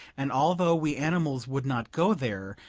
and although we animals would not go there,